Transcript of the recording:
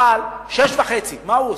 אכל, 18:30. מה הוא עושה?